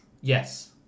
Yes